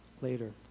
later